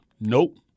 nope